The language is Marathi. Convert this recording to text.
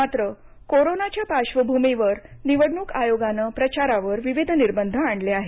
मात्र कोरोनाच्या पार्श्वभूमीवर निवडणूक आयोगानं प्रचारावर विविध निर्बंध आणले आहेत